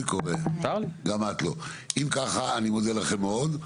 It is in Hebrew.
אם ככה, אני מודה לכם מאוד.